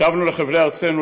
שבנו אל חבלי ארצנו,